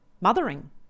mothering